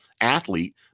athlete